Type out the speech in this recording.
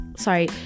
sorry